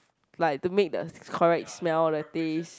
like to make the correct smell the taste